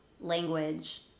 language